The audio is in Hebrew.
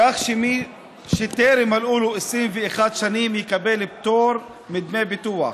כך שמי שטרם מלאו לו 21 שנים יקבל פטור מדמי ביטוח.